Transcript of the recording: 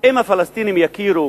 אם הפלסטינים יכירו